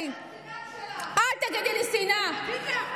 אל תגידי לי "שנאה",